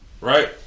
Right